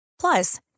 Plus